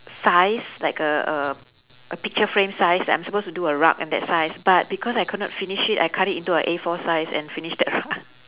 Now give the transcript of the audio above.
size like a a a picture frame size that I'm supposed to do a rug in that size but because I could not finish it I cut it into a A four size and finished that rug